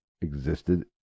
existed